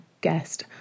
guest